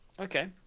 okay